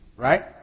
Right